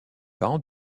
parents